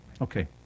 Okay